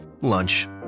Lunch